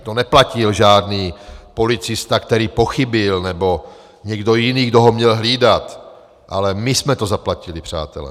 To neplatil žádný policista, který pochybil, nebo někdo jiný, kdo ho měl hlídat, ale my jsme to zaplatili, přátelé!